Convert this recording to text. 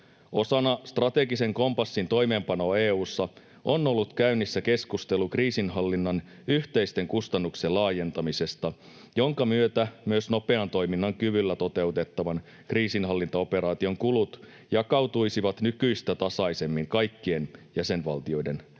Osana strategisen kompassin toimeenpanoa EU:ssa on ollut käynnissä keskustelu kriisinhallinnan yhteisten kustannuksien laajentamisesta, jonka myötä myös nopean toiminnan kyvyllä toteutettavan kriisinhallintaoperaation kulut jakautuisivat nykyistä tasaisemmin kaikkien jäsenvaltioiden välillä.